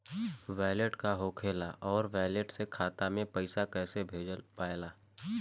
Wallet का होखेला और वैलेट से खाता मे पईसा कइसे भेज पाएम?